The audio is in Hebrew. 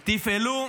תפעלו,